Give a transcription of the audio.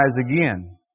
again